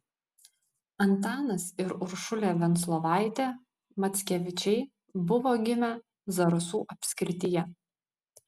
antanas ir uršulė venclovaitė mackevičiai buvo gimę zarasų apskrityje